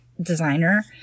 designer